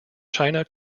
china